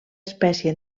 espècie